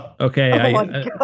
okay